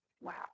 wow